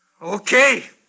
Okay